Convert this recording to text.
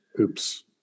Oops